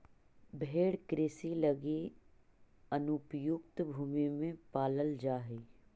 भेंड़ कृषि लगी अनुपयुक्त भूमि में पालल जा हइ